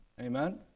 Amen